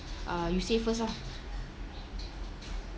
uh you say first lah